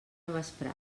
vesprada